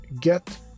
get